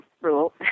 rule